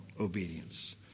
obedience